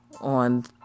on